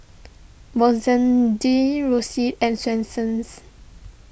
Roxy and Swensens